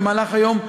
במהלך היום,